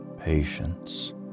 patience